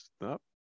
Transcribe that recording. stop